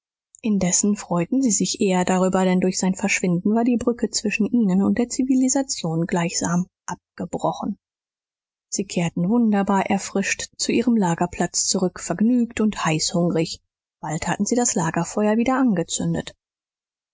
indessen freuten sie sich eher darüber denn durch sein verschwinden war die brücke zwischen ihnen und der zivilisation gleichsam abgebrochen sie kehrten wunderbar erfrischt zu ihrem lagerplatz zurück vergnügt und heißhungrig bald hatten sie das lagerfeuer wieder angezündet